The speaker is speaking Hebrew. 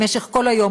במשך כל היום.